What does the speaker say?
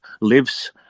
lives